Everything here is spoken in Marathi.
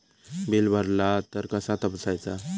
बिल भरला तर कसा तपसायचा?